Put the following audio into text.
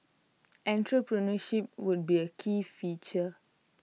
entrepreneurship would be A key feature